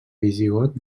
visigot